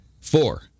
Four